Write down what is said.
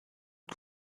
que